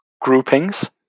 groupings